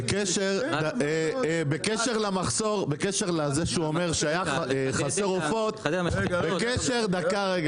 בקשר לזה שהוא אומר שהיה חסר עופות, זה גם